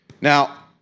Now